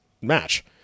match